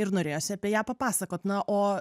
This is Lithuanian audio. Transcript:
ir norėjosi apie ją papasakot na o